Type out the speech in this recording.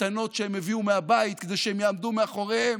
הקטנות שהם הביאו מהבית כדי שהן יעמדו מאחוריהם